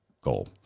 goal